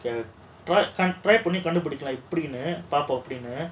கண்டு பிடிக்கணும் எப்படினு பார்ப்போம் எப்படினு:kandu pidikkanum epadinu paarppom eppadinu